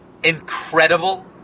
incredible